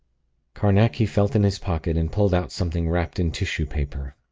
carnacki felt in his pocket, and pulled out something wrapped in tissue paper.